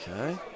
Okay